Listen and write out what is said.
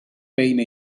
beina